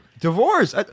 Divorce